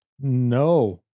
No